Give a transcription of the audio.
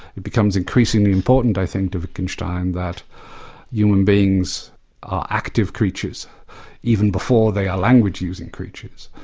it becomes increasingly important i think to wittgenstein that human beings are active creatures even before they are language-using creatures.